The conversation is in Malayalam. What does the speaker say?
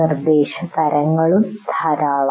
നിർദ്ദേശതരങ്ങളും ധാരാളം